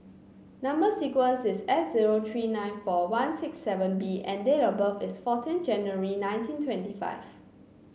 number sequence is S zero three nine four one six seven B and date of birth is fourteen January nineteen twenty five